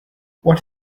what